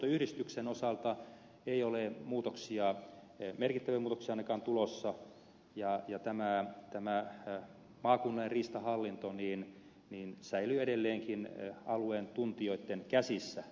riistanhoitoyhdistyksen osalta ei ole ainakaan merkittäviä muutoksia tulossa ja tämä maakunnallinen riistahallinto säilyy edelleenkin alueen tuntijoitten käsissä